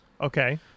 Okay